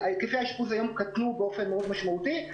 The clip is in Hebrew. היקפי האשפוז היום קטנו באופן מאוד משמעותי,